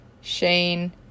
Shane